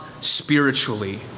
spiritually